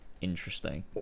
interesting